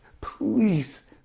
please